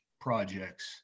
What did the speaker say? projects